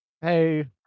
Hey